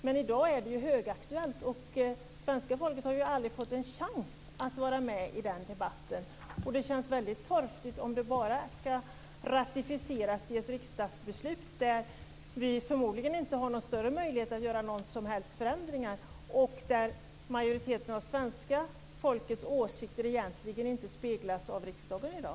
Men i dag är ju detta högaktuellt, och svenska folket har aldrig fått en chans att vara med i den debatten. Det känns väldigt torftigt om det bara ska ratificeras i ett riksdagsbeslut, där vi förmodligen inte har någon större möjlighet att göra några som helst förändringar, och majoriteten av svenska folkets åsikter speglas egentligen inte av riksdagen i dag.